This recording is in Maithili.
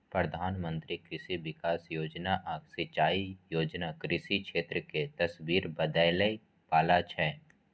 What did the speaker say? प्रधानमंत्री कृषि विकास योजना आ सिंचाई योजना कृषि क्षेत्र के तस्वीर बदलै बला छै